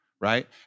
Right